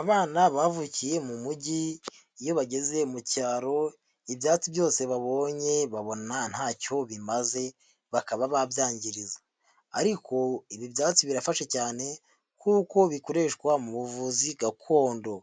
Abana bavukiye mu mujyi, iyo bageze mu cyaro ibyatsi byose babonye babona ntacyo bimaze, bakaba babyangiza ariko ibi byatsi birafasha cyane kuko bikoreshwa mu buvuzi gakondo,